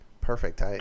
Perfect